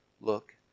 Look